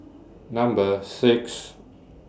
Number six